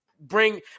bring